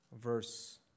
verse